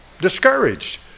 discouraged